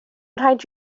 rhaid